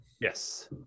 Yes